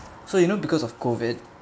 so you know because of COVID